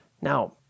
Now